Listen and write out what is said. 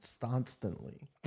Constantly